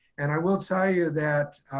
and i will tell you that,